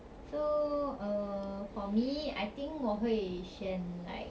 so err for me I think 我会选 like